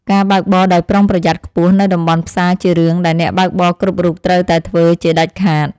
ការបើកបរដោយប្រុងប្រយ័ត្នខ្ពស់នៅតំបន់ផ្សារជារឿងដែលអ្នកបើកបរគ្រប់រូបត្រូវតែធ្វើជាដាច់ខាត។